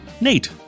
Nate